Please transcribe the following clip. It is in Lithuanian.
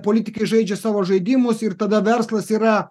politikai žaidžia savo žaidimus ir tada verslas yra